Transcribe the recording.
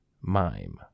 mime